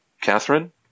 Catherine